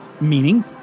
meaning